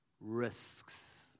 risks